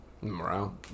morale